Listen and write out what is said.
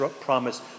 promise